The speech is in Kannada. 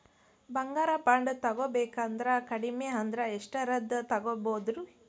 ಬಂಗಾರ ಬಾಂಡ್ ತೊಗೋಬೇಕಂದ್ರ ಕಡಮಿ ಅಂದ್ರ ಎಷ್ಟರದ್ ತೊಗೊಬೋದ್ರಿ?